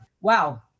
Wow